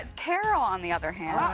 and carol on the other hand,